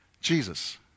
Jesus